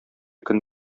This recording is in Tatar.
көн